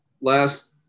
Last